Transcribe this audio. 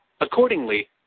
Accordingly